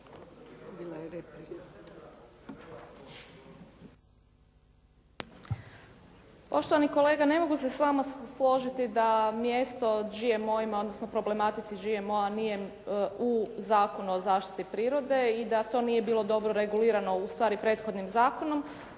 Poštovani kolega ne mogu se s vama složiti da mjesto GMO odnosno problematici GMO-a nije u Zakonu o zaštiti prirode i da to nije bilo dobro regulirano ustvari prethodnim zakonom